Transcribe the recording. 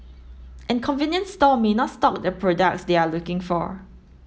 and convenience stores may not stock the products they are looking for